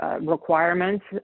requirements